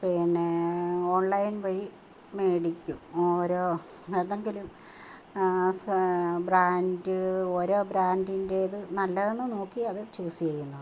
പിന്നെ ഓൺലൈൻ വഴി മേടിക്കും ഓരോ ഏതെങ്കിലും സാ ബ്രാൻഡ് ഓരോ ബ്രാൻഡിൻറ്റേതു നല്ലതെന്നു നോക്കി അത് ചൂസ് ചെയ്യുന്നുണ്ട്